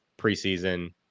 preseason